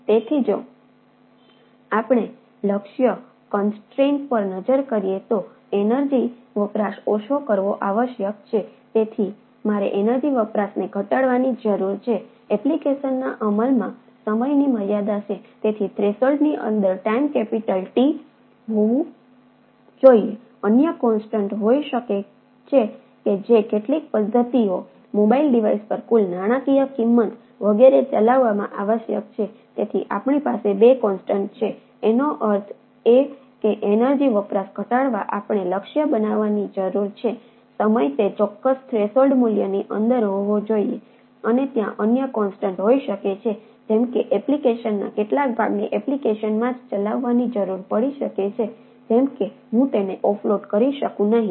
તેથી જો આપણે લક્ષ્ય અને કોંસ્ટ્રાઇન હોઈ શકે છે જેમ કે એપ્લિકેશનના કેટલાક ભાગને એપ્લિકેશનમાં જ ચલાવવાની જરૂર પડી શકે છે જેમ કે હું તેને ઓફલોડ કરી શકું નહીં